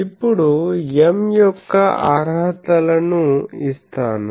ఇప్పుడు M యొక్క అర్హత లను ఇస్తాను